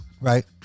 Right